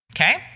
Okay